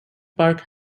park